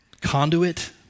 conduit